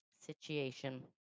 situation